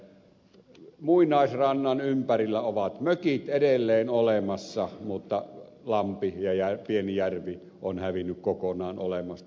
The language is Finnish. siellä muinaisrannan ympärillä ovat mökit edelleen olemassa mutta lampi ja pieni järvi ovat hävinneet kokonaan olemasta